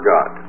God